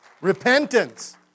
Repentance